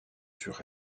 sur